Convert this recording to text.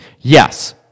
yes